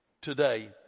today